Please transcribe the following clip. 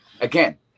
again